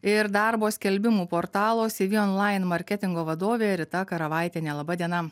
ir darbo skelbimų portalo cv online marketingo vadovė rita karavaitienė laba diena